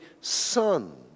son